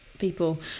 people